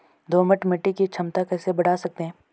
दोमट मिट्टी की क्षमता कैसे बड़ा सकते हैं?